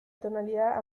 tonalidad